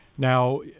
Now